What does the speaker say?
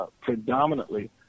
predominantly